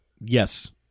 Yes